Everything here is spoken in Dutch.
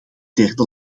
derde